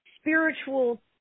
spiritual